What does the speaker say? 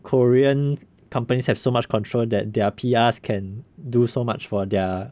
korean companies have so much control that their P_R can do so much for their